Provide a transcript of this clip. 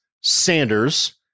Sanders